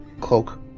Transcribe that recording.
cloak